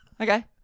Okay